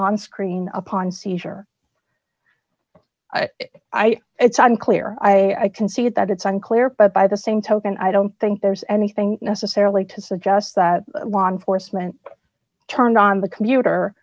on screen upon seizure it's unclear i concede that it's unclear but by the same token i don't think there's anything necessarily to suggest that law enforcement turned on the computer